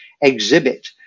exhibit